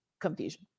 confusion